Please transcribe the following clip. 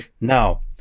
Now